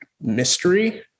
mystery